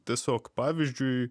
tiesiog pavyzdžiui